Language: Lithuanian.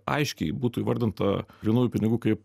aiškiai būtų įvardinta grynųjų pinigų kaip